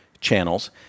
channels